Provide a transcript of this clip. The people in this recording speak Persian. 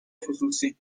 خصوصی